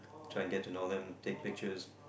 trying get to know them take pictures